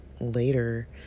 later